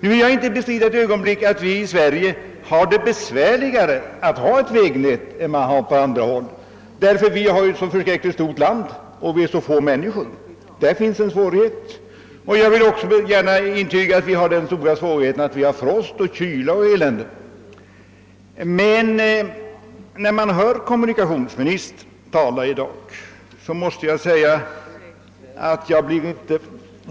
Jag vill inte ett ögonblick bestrida att vi i Sverige har större svårigheter att bygga upp ett bra vägnät än man har på andra håll. Vårt land är stort och har få människor — det är en svårighet — och vi har frost, kyla och annat elände. Men när jag hör kommunikationsministern tala i dag blir jag inte